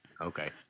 Okay